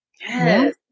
Yes